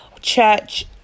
church